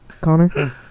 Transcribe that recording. Connor